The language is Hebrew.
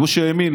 גוש הימין,